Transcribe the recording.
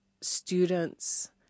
students